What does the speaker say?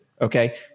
okay